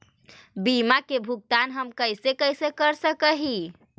बीमा के भुगतान हम कैसे कैसे कर सक हिय?